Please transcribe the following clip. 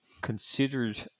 considered